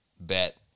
Bet